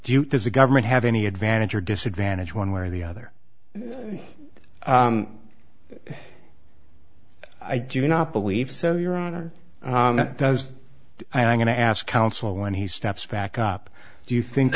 do you does the government have any advantage or disadvantage one way or the other i do not believe so your honor does i'm going to ask counsel when he steps back up do you think